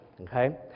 Okay